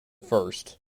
first